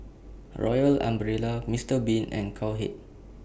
Royal Umbrella Mister Bean and Cowhead